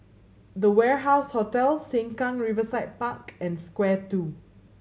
The Warehouse Hotel Sengkang Riverside Park and Square Two